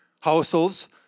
households